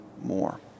more